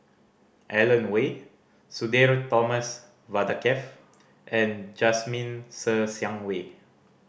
Alan Oei Sudhir Thomas Vadaketh and Jasmine Ser Xiang Wei